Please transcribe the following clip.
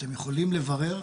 אתם יכולים לברר?